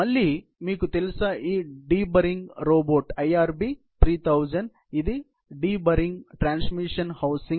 మళ్ళీ మీకు తెలుసా డీబరింగ్ రోబోట్ IRB 3000 ఇది డీబర్రింగ్ ట్రాన్సిమ్మిసిన్ హోసింగ్